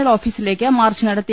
L ഓഫീസിലേക്ക് march നടത്തി